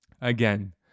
Again